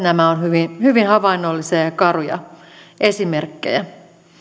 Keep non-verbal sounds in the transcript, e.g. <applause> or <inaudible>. <unintelligible> nämä ovat hyvin havainnollisia ja ja karuja esimerkkejä